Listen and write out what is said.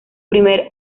primer